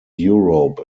europe